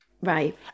Right